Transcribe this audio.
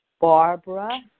Barbara